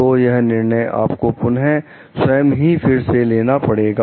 तो यह निर्णय आपको पुनः स्वयं ही फिर से लेना पड़ेगा